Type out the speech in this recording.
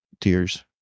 Tears